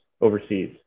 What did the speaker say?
overseas